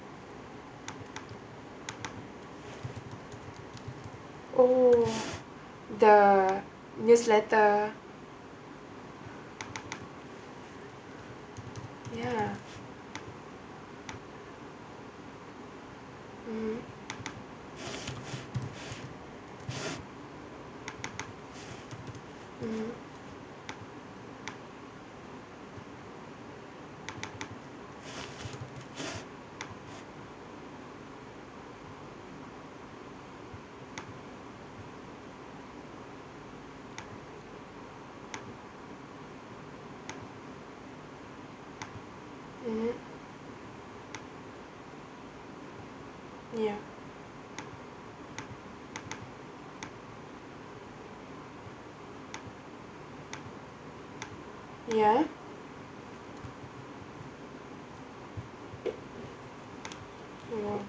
oh the newsletter ya mmhmm mmhmm mmhmm ya ya